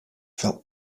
felt